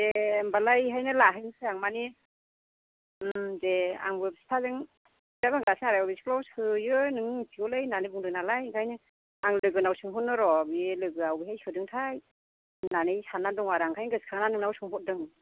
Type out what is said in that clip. दे होनबालाय बेहायनो लाहैसां आं मानि दे आंबो बिफाजों बिफायाबो होनगासिनो आरो अबे स्कुलाव सोयो नों मिथिगौलै होननानै बुंदों नालाय ओंखायनो आं लोगोनाव सोंहरनो र' बे लोगोआ अबेहाय सोदोंथाय होन्नानै सानानै दं ओंखायनो गोसोखांनानै नोंनाव सोरहरदों